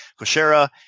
Koshera